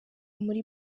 muri